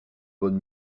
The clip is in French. bonne